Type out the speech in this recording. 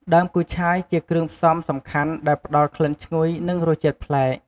ដើមគូឆាយជាគ្រឿងផ្សំសំខាន់ដែលផ្តល់ក្លិនឈ្ងុយ និង រសជាតិប្លែក។